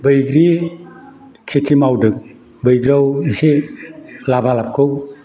बैग्रि खेथि मावदों बैग्रियाव इसे लाबालाभखौ